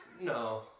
No